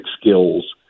skills